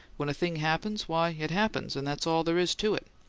when a thing happens, why, it happens, and that's all there is to it.